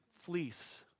fleece